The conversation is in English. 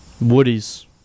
Woody's